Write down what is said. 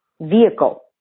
vehicle